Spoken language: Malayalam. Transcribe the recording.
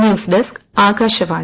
news desk Akashvani